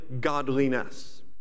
godliness